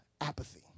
apathy